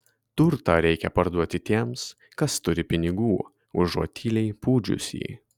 turtą reikia parduoti tiems kas turi pinigų užuot tyliai pūdžius jį